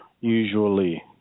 usually